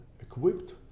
equipped